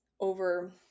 over